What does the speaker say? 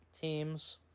teams